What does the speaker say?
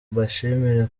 mbashimire